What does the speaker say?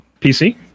PC